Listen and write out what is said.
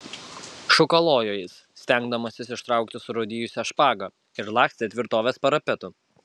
šūkalojo jis stengdamasis ištraukti surūdijusią špagą ir lakstė tvirtovės parapetu